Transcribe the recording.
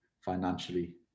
financially